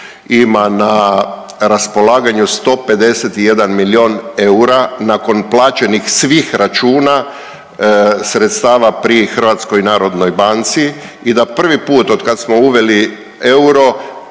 ima na raspolaganju 151 milijun eura nakon plaćenih svih računa sredstava pri HNB-u i da prvi put otkad smo uveli euro